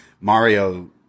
Mario